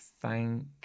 Thank